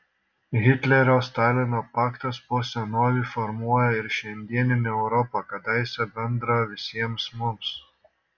hitlerio stalino paktas po senovei formuoja ir šiandieninę europą kadaise bendrą visiems mums